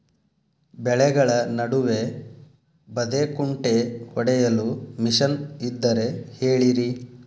ಬೆಳೆಗಳ ನಡುವೆ ಬದೆಕುಂಟೆ ಹೊಡೆಯಲು ಮಿಷನ್ ಇದ್ದರೆ ಹೇಳಿರಿ